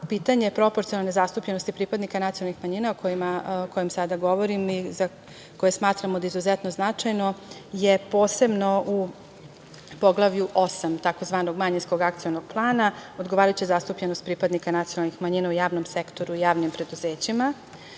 planu. Pitanje proporcionalne zastupljenosti pripadnika nacionalnih manjina, o kojem sada govorim i za koje smatramo da je izuzetno značajno je posebno u Poglavlju 8. tzv. manjinskog akcionog plana, odgovarajuća zastupljenost pripadnika nacionalnih manjina u javnom sektoru, javnim preduzećima.